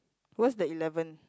where's the eleventh